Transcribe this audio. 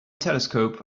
telescope